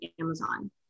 Amazon